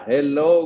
Hello